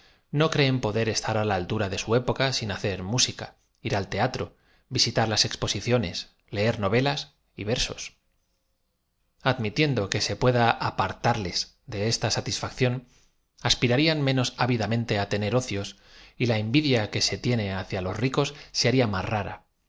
do creen poder estar á la altura de au época sin hacer música ir al teatro visitar las exposicio nes le er novelas versos admitiendo que se pueda apartaru de esta satisfaccióo aspirarían menos á v i damente i tener ocios la envidia que se tiene hacia los ricos ae baria más rara